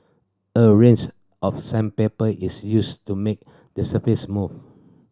a range of sandpaper is used to make the surface smooth